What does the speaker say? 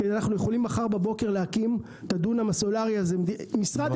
כי אנחנו יכולים להקים את הדונם הסולארי הזה מחר בבוקר.